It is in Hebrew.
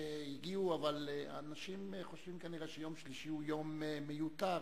אבל אנשים חושבים כנראה שיום שלישי הוא יום מיותר,